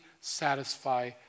satisfy